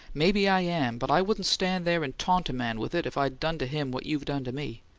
maybe i am, but i wouldn't stand there and taunt a man with it if i'd done to him what you've done to me!